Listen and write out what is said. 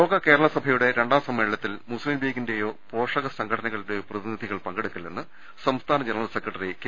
ലോക കേരളസഭയുടെ രണ്ടാം സമ്മേളനത്തിൽ മുസ്ലീം ലീഗി ന്റെയോ പോഷക സംഘടനകളുടേയോ പ്രതിനിധികൾ പങ്കെടുക്കി ല്ലെന്ന് സംസ്ഥാനം സെക്ര ട്ടറി കെ